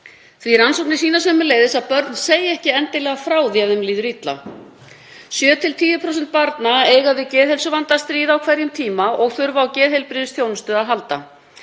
að rannsóknir sýna sömuleiðis að börn segja ekki endilega frá því ef þeim líður illa. 7–10% barna eiga við geðheilsuvanda að stríða á hverjum tíma og þurfa á geðheilbrigðisþjónustu að halda.